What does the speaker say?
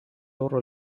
oro